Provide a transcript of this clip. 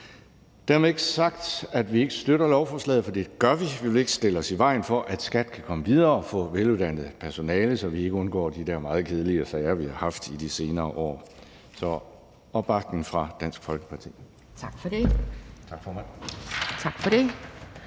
ikke sagt, at vi ikke støtter lovforslaget, for det gør vi. Vi vil ikke stille os i vejen for, at skattevæsenet kan komme videre og få et veluddannet personale, så vi undgår de her meget kedelige sager, som vi har haft i de senere år. Så der er opbakning fra Dansk Folkeparti. Tak, formand. Kl. 12:16 Anden